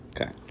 Okay